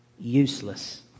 useless